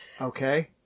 Okay